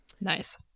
Nice